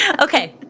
Okay